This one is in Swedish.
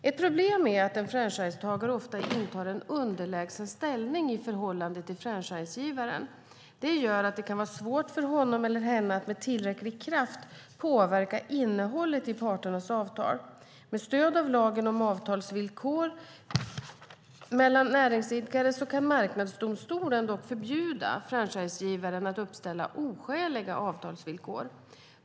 Ett problem är att en franchisetagare ofta intar en underlägsen ställning i förhållande till franchisegivaren, vilket gör att det kan vara svårt för honom eller henne att med tillräcklig kraft påverka innehållet i parternas avtal. Med stöd av lagen om avtalsvillkor mellan näringsidkare kan Marknadsdomstolen dock förbjuda franchisegivaren att uppställa oskäliga avtalsvillkor.